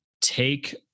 take